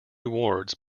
wards